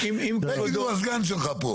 בגין הוא הסגן שלך פה.